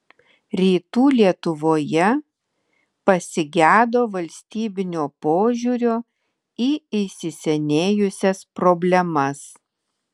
rytų lietuvoje pasigedo valstybinio požiūrio į įsisenėjusias problemas